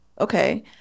okay